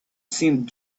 seemed